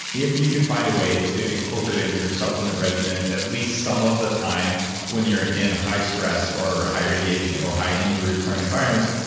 if you can find a way to incorporate it into your supplement regimen at least some of the time when you're in high stress, or high radiation, or high injury-prone environments,